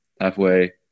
halfway